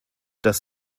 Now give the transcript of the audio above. das